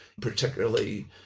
particularly